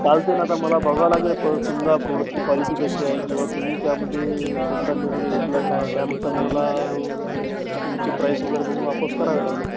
चालते ना आता मला बघावं लागेल प समजा प्रॉडक्टची क्वालिटी कशी आहे किंवा तुम्ही त्यामध्ये कोणता निर्णय घेतला आहे काय त्यानुसार मला तुमची प्राईस वगैरे बघून वापस करावे लागेल